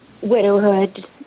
widowhood